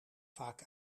vaak